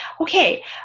okay